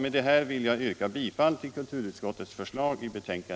Med det anförda yrkar jag bifall till kulturutskottets hemställan.